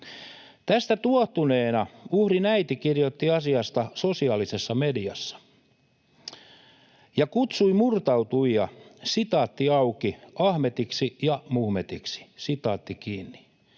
Tästä tuohtuneena uhrin äiti kirjoitti asiasta sosiaalisessa mediassa ja kutsui murtautujia ”Ahmetiksi” ja ”Muhmetiksi”. Tästä seurasi